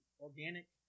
organic